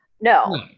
no